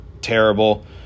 Terrible